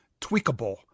tweakable